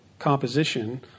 composition